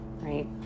right